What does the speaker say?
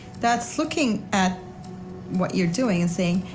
that's looking at what you're doing and saying,